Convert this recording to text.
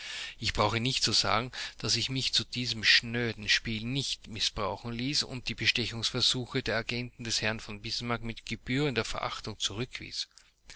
ich brauche nicht zu sagen daß ich mich zu diesem schnöden spiel nicht mißbrauchen ließ und die bestechungsversuche der agenten des herrn von bismarck mit gebührender verachtung zurückwies